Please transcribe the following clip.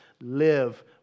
Live